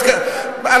איפה שאתה גר,